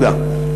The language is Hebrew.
תודה.